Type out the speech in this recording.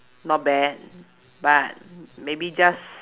not bad but maybe just